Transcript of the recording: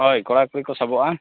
ᱦᱳᱭ ᱠᱚᱲᱟ ᱠᱩᱲᱤ ᱠᱚ ᱥᱟᱵᱚᱜᱼᱟ